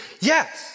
Yes